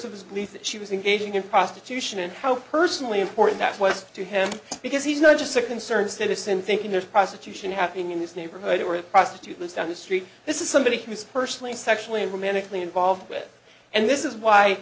of his belief that she was engaging in prostitution and how personally important that's what's to him because he's not just a concerned citizen thinking there's prostitution happening in this neighborhood or a prostitute lives down the street this is somebody who is personally sexually romantically involved with and this is why